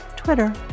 Twitter